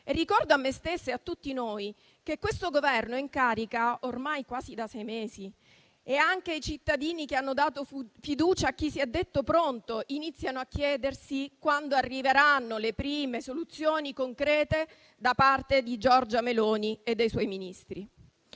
Ricordo a me stessa e a tutti noi che il Governo è in carica ormai quasi da sei mesi e anche i cittadini che hanno dato fiducia a chi si è detto pronto iniziano a chiedersi quando arriveranno le prime soluzioni concrete da parte di Giorgia Meloni e dei suoi Ministri.